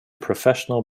professional